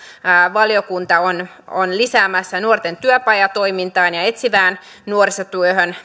valiokunta on on lisäämässä nuorten työpajatoimintaan ja etsivään nuorisotyöhön